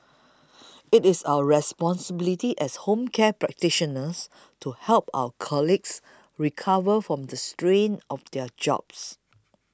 it is our responsibility as home care practitioners to help our colleagues recover from the strain of their jobs